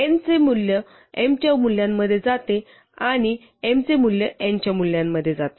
n चे मूल्य m च्या मूल्यामध्ये जाते आणि m चे मूल्य n च्या मूल्यामध्ये जाते